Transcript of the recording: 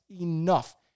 enough